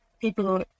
people